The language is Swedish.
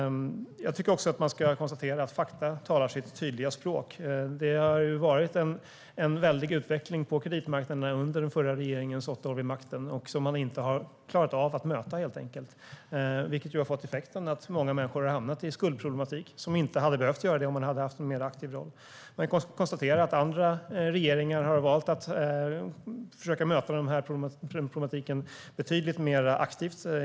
Jag kan också konstatera att fakta talar sitt tydliga språk. Det har skett en väldig utveckling på kreditmarknaden under den förra regeringens åtta år vid makten som man inte klarade av att möta. Det har fått effekten att många människor har hamnat i skuldproblematik som de kanske inte hade behövt hamna i om regeringen hade haft en mer aktiv roll. Andra regeringar har valt att försöka möta problematiken betydligt mer aktivt.